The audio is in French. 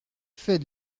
fait